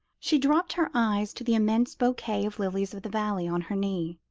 she dropped her eyes to the immense bouquet of lilies-of-the-valley on her knee,